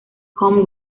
home